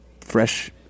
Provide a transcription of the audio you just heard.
fresh